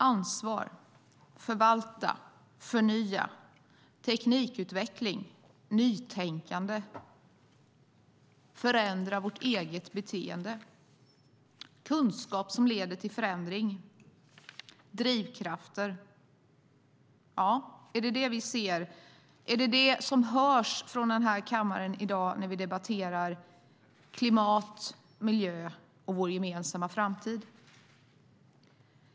Ansvar, förvalta, förnya, teknikutveckling, nytänkande, förändra vårt eget beteende, kunskap som leder till förändring, drivkrafter - är det detta som hörs från den här kammaren i dag när vi debatterar klimat, miljö och vår gemensamma framtid?